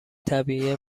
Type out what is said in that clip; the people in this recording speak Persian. طبیعی